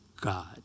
God